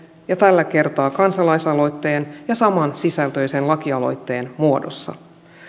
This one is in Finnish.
ja tällä kertaa kansalaisaloitteen ja samansisältöisen lakialoitteen muodossa